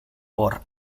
por